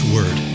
Word